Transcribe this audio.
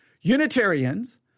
Unitarians